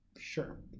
sure